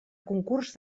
concurs